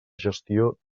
gestió